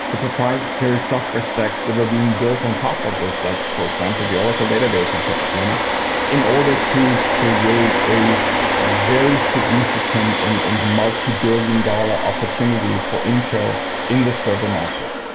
the proprietary software stacks that were being built on top of this, like, for example, the oracle database on top of linux in order to create a very significant and and multibillion-dollar opportunity for intel in the server market.